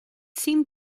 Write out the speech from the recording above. seemed